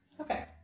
Okay